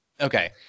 okay